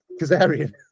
Kazarian